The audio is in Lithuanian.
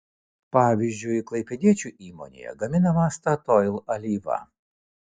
pavyzdžiui klaipėdiečių įmonėje gaminama statoil alyva